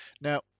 Now